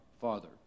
Father